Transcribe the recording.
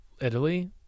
Italy